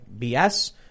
BS